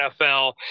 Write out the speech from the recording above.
NFL